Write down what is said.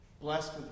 Blessed